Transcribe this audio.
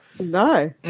No